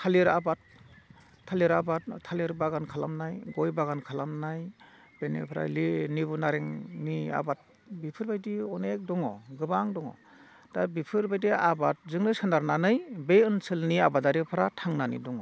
थालिर आबाद थालिर आबाद थालिर बागान खालामनाय गय बागान खालामनाय बेनिफ्राय लेबु नारेंनि आबाद बिफोरबायदि अनेख दङ गोबां दङ दा बेफोरबायदि आबादजोंनो सोनारनानै बे ओनसोलनि आबादारिफोरा थांनानै दङ